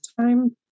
time